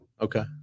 Okay